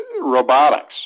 robotics